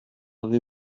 avez